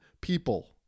people